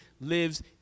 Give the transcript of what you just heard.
lives